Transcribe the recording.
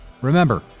Remember